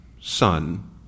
son